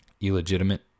illegitimate